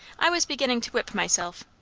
i was beginning to whip myself.